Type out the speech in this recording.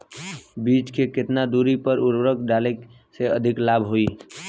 बीज के केतना दूरी पर उर्वरक डाले से अधिक लाभ होई?